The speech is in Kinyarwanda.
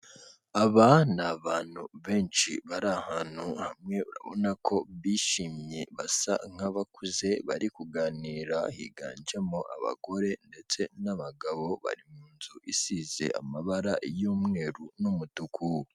Aba ni abantu benshi bari ahantu hamwe urabona ko bishimye basa nk'abakuze bari kuganira. Higanjemo abagore ndetse n'abagabo bari mu nzu isize amabara y'umweru n'umutuku.